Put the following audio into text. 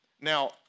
Now